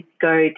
go